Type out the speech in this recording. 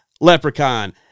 leprechaun